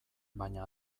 baina